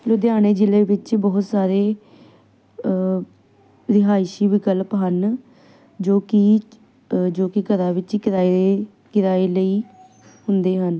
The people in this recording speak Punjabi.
ਲੁਧਿਆਣੇ ਜ਼ਿਲ੍ਹੇ ਵਿੱਚ ਬਹੁਤ ਸਾਰੇ ਰਿਹਾਇਸ਼ੀ ਵਿਕਲਪ ਹਨ ਜੋ ਕਿ ਜੋ ਕਿ ਘਰਾਂ ਵਿੱਚ ਹੀ ਕਿਰਾਏ ਕਿਰਾਏ ਲਈ ਹੁੰਦੇ ਹਨ